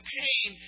pain